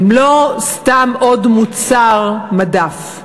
הם לא סתם עוד מוצר מדף,